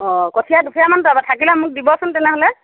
অ কঠিয়া দুখিলামান থাকিলে মোক দিবচোন তেনেহ'লে